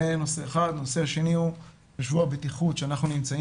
הנושא השני הוא בשבוע הבטיחות שאנחנו נמצאים